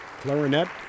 clarinet